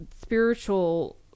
spiritual